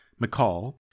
McCall